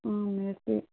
ꯎꯝ ꯃꯦꯠꯁꯀꯤ